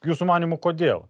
jūsų manymu kodėl